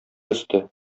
өсте